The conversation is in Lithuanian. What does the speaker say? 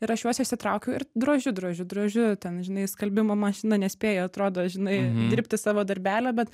ir aš juos išsitraukiu ir drožiu drožiu drožiu ten žinai skalbimo mašina nespėja atrodo žinai dirbti savo darbelio bet